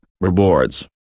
rewards